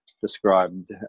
described